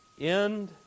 end